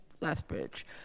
Lethbridge